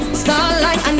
starlight